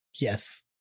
Yes